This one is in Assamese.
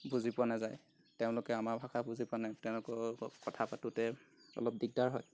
বুজি পোৱা নেযায় তেওঁলোকে আমাৰ ভাষা বুজি পোৱা নাই তেওঁলোকৰ লগত কথা পাতোঁতে অলপ দিগদাৰ হয়